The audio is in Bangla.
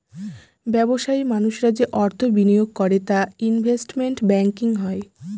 ব্যবসায়ী মানুষরা যে অর্থ বিনিয়োগ করে তা ইনভেস্টমেন্ট ব্যাঙ্কিং হয়